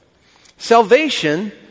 Salvation